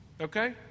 Okay